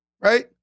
right